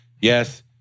Yes